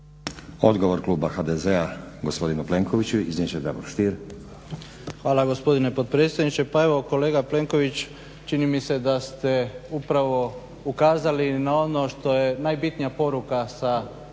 Odgovor kluba HDZ-a, gospodinu Plenkoviću izreći će Davor Stier. **Stier, Davor Ivo (HDZ)** Hvala gospodine potpredsjedniče. Pa evo kolega Plenković, čini mi se da ste upravo ukazali na ono što je najbitnija poruka sa